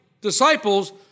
disciples